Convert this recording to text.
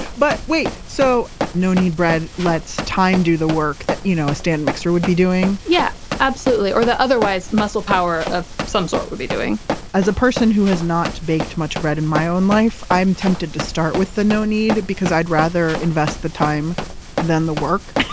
but wait, so no-knead bread lets time do the work that you know a stand mixer would be doing yeah, absolutely. or the otherwise muscle power of some sort would be doing as a person who has not baked much bread in my own life, i'm tempted to start with the no-knead, because i'd rather invest the time than the work.